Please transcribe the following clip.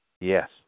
yes